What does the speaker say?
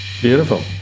Beautiful